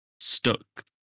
stuck